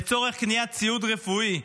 לצורך קניית ציוד רפואי,